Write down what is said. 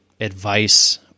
advice